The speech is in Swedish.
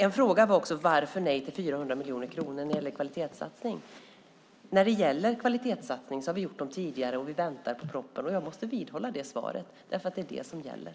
En fråga var också: Varför säger vi nej till 400 miljoner kronor när det gäller kvalitetssatsning? Vi väntar på propositionen. Jag måste vidhålla det svaret, för det är det som gäller.